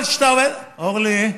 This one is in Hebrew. אבל כשאתה, אורלי,